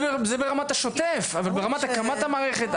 זה ברמת השוטף אבל ברמת הקמת המערכת,